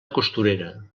costurera